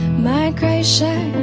migration,